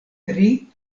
tri